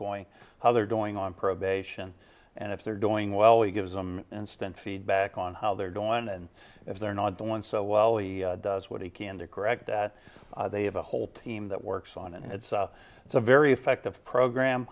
going how they're going on probation and if they're doing well we give them instant feedback on how they're doing and if they're not doing so well he does what he can to correct that they have a whole team that works on it and it's it's a very effective program